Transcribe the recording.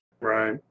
Right